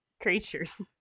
creatures